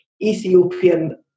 Ethiopian